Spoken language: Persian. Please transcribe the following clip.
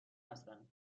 هستند